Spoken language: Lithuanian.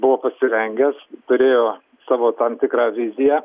buvo pasirengęs turėjo savo tam tikrą viziją